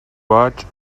boig